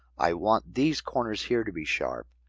i want these corners here to be sharp.